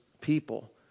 people